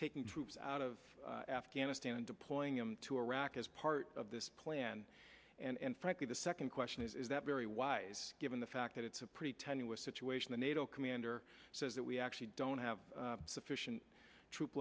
taking troops out of afghanistan and deploying him to iraq as part of this plan and frankly the second question is that very wise given the fact that it's a pretty tenuous situation the nato commander says it i actually don't have sufficient troop